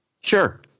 Sure